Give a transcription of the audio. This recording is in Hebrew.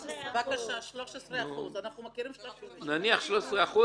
13%. נניח 13%,